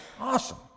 Awesome